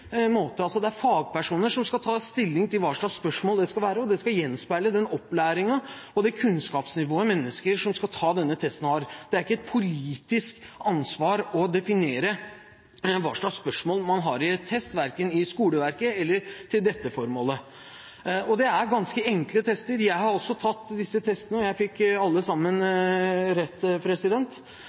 måte. Det er fagpersoner som skal ta stilling til hva slags spørsmål det skal være, og det skal gjenspeile den opplæringen og det kunnskapsnivået mennesker som skal ta denne testen, har. Det er ikke et politisk ansvar å definere hva slags spørsmål man har i en test, verken i skoleverket eller til dette formålet. Det er ganske enkle tester. Jeg har også tatt disse testene, og jeg fikk alle sammen rett.